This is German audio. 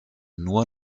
nur